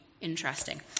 interesting